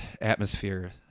atmosphere